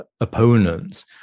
opponents